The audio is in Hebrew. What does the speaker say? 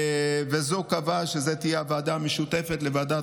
וזו קבעה שזו תהיה הוועדה המשותפת לוועדת